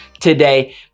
today